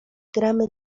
gramy